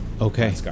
Okay